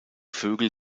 vögel